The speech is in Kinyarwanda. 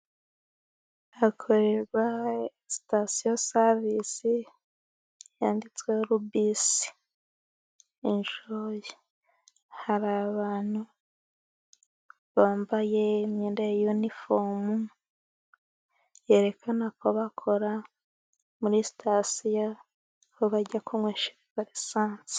hakorerwa sitasiyo savisi yanditswe rubisi injoyi . Hari abantu bambaye imyenda ya yunifomu yerekana ko bakora muri sitasiyo, aho bajya kunywesha lisansi.